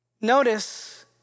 Notice